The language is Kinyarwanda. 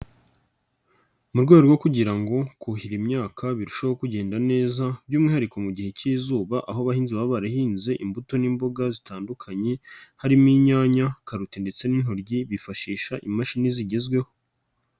Mu rwego rwo kugira ngo kuhira imyaka birusheho kugenda neza, by'umwihariko mu gihe cy'izuba aho abahinzi baba barahinze imbuto n'imboga zitandukanye, harimo inyanya, karoti ndetse n'intoryi bifashisha imashini zigezweho.